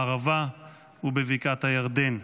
בערבה ובבקעת הירדן.